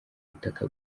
butaka